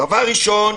דבר ראשון,